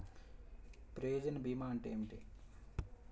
ప్రయోజన భీమా అంటే ఏమిటి?